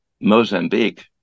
Mozambique